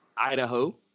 Idaho